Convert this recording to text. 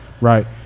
right